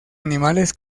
animales